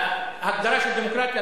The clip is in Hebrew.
ההגדרה של דמוקרטיה,